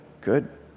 good